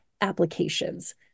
applications